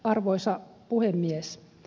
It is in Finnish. arvoisa puhemies